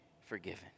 forgiven